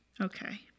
Okay